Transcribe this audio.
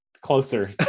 closer